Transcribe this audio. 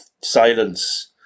silence